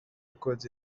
records